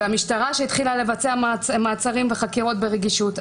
מנהלת לזהות יהודית.